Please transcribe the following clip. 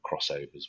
crossovers